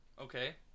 Okay